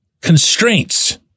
constraints